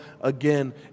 again